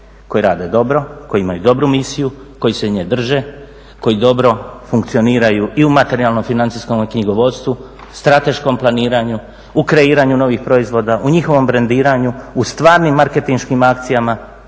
koji rade dobro, koji imaju dobru misiju, koji se nje drže, koji dobro funkcioniraju i u materijalno-financijskom knjigovodstvu, strateškom planiranju, u kreiranju novih proizvoda, u njihovom brendiranju, u stvarnim marketinškim akcijama